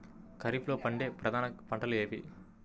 ఖరీఫ్లో పండే ప్రధాన పంటలు ఏవి?